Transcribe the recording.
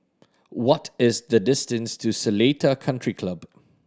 what is the distance to Seletar Country Club